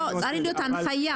לא, צריכה להיות הנחיה.